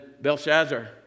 Belshazzar